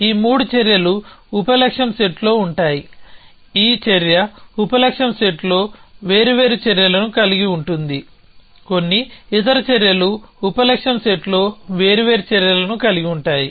ఈ మూడు చర్యలు ఉప లక్ష్యం సెట్లో ఉంటాయి ఈ చర్య ఉప లక్ష్యం సెట్లో వేర్వేరు చర్యలను కలిగి ఉంటుంది కొన్ని ఇతర చర్యలు ఉప లక్ష్యం సెట్లో వేర్వేరు చర్యలను కలిగి ఉంటాయి